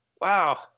wow